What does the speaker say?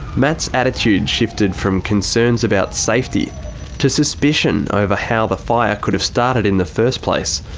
matt's attitude shifted from concerns about safety to suspicion over how the fire could've started in the first place.